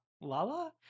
Lala